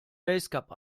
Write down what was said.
basecap